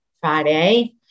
Friday